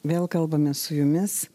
vėl kalbamės su jumis